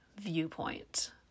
viewpoint